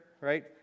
right